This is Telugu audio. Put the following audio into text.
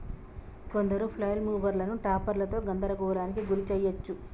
కొందరు ఫ్లైల్ మూవర్లను టాపర్లతో గందరగోళానికి గురి చేయచ్చు